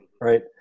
right